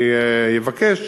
אני אבקש